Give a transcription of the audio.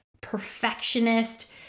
perfectionist